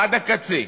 עד הקצה,